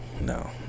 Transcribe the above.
no